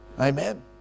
Amen